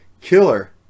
Killer